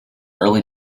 early